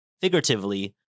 figuratively